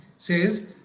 says